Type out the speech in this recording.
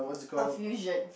confusion